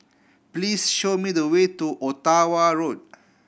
please show me the way to Ottawa Road